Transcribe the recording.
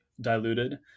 diluted